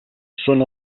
són